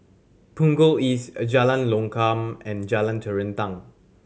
Punggol East Jalan Lokam and Jalan Terentang